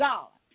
God